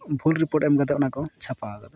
ᱵᱷᱩᱞ ᱨᱤᱯᱳᱨᱴ ᱮᱢ ᱠᱟᱛᱮᱫ ᱚᱱᱟ ᱠᱚ ᱪᱷᱟᱯᱟᱣ ᱠᱟᱫᱟ